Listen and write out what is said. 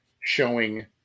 showing